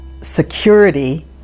security